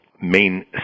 main